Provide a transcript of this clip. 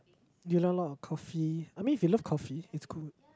you learn a lot of coffee I mean if you love coffee is good